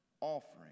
offering